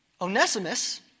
Onesimus